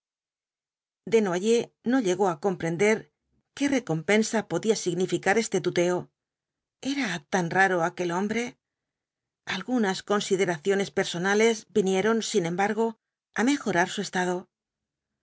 desnoyers no llegó á comprender qué recompensa podía significar este tuteo era tan raro aquel hombre algunas consideraciones personales vinieron sin embargo á mejorar su estado